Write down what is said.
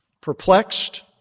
perplexed